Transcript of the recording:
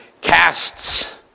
casts